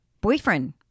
boyfriend